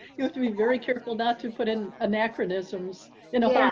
you have to be very careful not to put in anachronisms in yeah